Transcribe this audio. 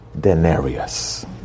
denarius